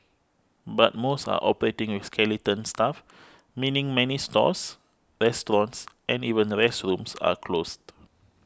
but most are operating with skeleton staff meaning many stores restaurants and even restrooms are closed